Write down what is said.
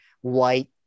white